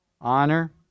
Honor